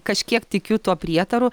kažkiek tikiu tuo prietaru